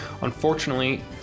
Unfortunately